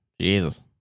jesus